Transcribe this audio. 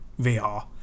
VR